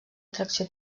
atracció